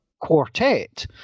quartet